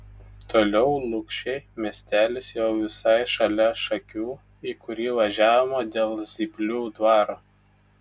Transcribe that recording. toliau lukšiai miestelis jau visai šalia šakių į kurį važiavome dėl zyplių dvaro